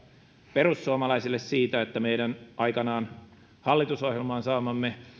perussuomalaisille siitä että meidän aikanaan hallitusohjelmaan saamamme